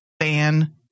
fan